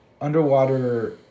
underwater